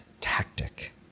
tactic